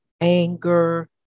anger